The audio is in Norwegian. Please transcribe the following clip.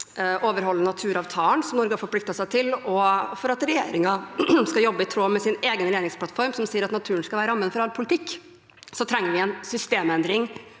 overholde naturavtalen som Norge har forpliktet seg til, og for at regjeringen skal jobbe i tråd med sin egen regjeringsplattform som sier at naturen skal være rammen for all politikk, trenger vi en systemendring